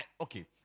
Okay